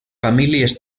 famílies